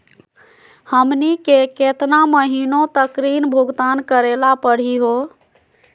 हमनी के केतना महीनों तक ऋण भुगतान करेला परही हो?